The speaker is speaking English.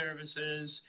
services